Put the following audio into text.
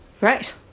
right